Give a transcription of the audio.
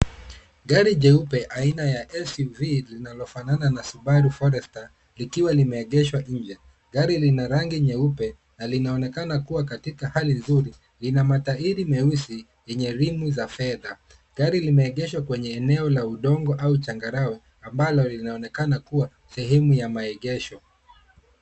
Gari jeupe aina ya SUV linalofanana na Subaru Forester, likiwa limeegeshwa nje. Gari lina rangi nyeupe na linaonekana kua katika hali nzuri. Lina matairi meusi lenye rimu za fedha. Gari limeegeshwa kwenye eneo la udongo au changarawe, ambalo linaonekana kua sehemu ya maegesho.